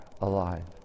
alive